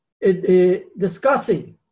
discussing